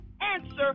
answer